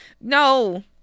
no